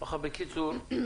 בקיצור,